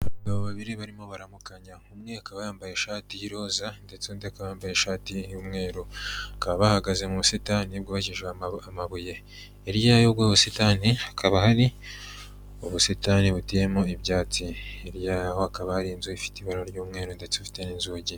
Abagabo babiri barimo baramukanya. Umwe akaba yambaye ishati y'iroza ndetse undi akaba yambaye ishati y'umweru. Bakaba bahagaze mu busitani bwubakije amabuye. hirya y'ubwo busitani hakaba hari ubusitani buteyemo ibyatsi. hirya yaho hakaba hari inzu ifite ibara ry'umweru ndetse ifite n'inzugi.